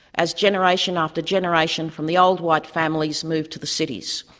as generation after generation from the old white families moved to the cities.